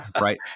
Right